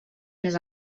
més